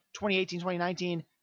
2018-2019